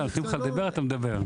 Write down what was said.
אם נותנים לך לדבר אתה מדבר.